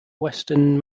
western